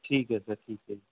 ਠੀਕ ਹੈ ਸਰ ਠੀਕ ਹੈ